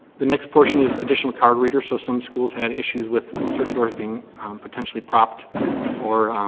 the next portion is additional card readers. so some schools had issues with certain doors being potentially propped or